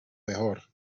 mejor